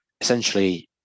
essentially